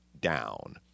down